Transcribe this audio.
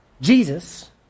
Jesus